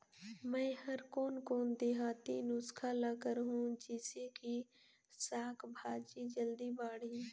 मै हर कोन कोन देहाती नुस्खा ल करहूं? जिसे कि साक भाजी जल्दी बाड़ही?